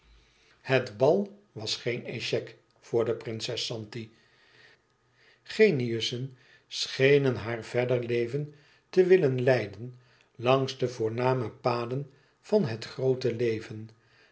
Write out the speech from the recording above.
het bal was geen échec voor de prinses zanti geniussen schenen haar verder leven te willen leiden langs de voorname paden van het groote leven